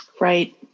Right